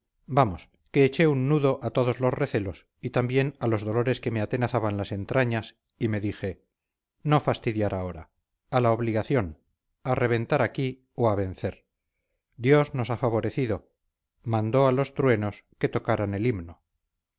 vamos que eché un nudo a todos los recelos y también a los dolores que me atenazaban las entrañas y me dije no fastidiar ahora a la obligación a reventar aquí o a vencer dios nos ha favorecido mandó a los truenos que tocaran el himno